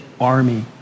army